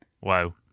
Wow